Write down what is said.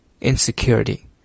insecurity